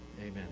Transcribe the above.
amen